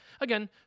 again